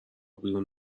بیرون